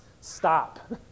stop